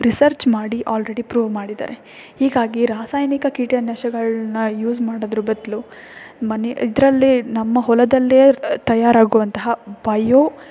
research ಮಾಡಿ already prove ಮಾಡಿದ್ದಾರೆ ಹೀಗಾಗಿ ರಾಸಾಯನಿಕ ಕೀಟನಾಶಗಳನ್ನ ಯೂಸ್ ಮಾಡೋದರ ಬದಲು ಮನೆ ಇದರಲ್ಲೇ ನಮ್ಮ ಹೊಲದಲ್ಲೇ ತಯಾರಾಗುವಂತಹ ಬಯೋ